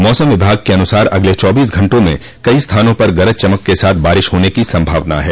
मौसम विभाग के अनुसार अगले चौबीस घंटो में कई स्थानों पर गरज चमक के साथ बारिश होने की सम्मावना है